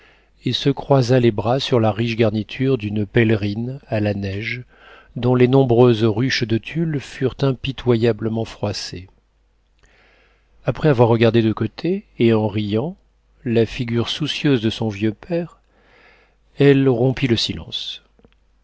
et se croisa les bras sur la riche garniture d'une pèlerine à la neige dont les nombreuses ruches de tulle furent impitoyablement froissées après avoir regardé de côté et en riant la figure soucieuse de son vieux père elle rompit le silence